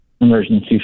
emergency